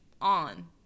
on